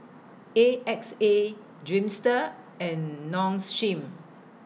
A X A Dreamster and Nong Shim